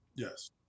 Yes